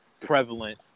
prevalent